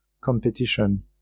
competition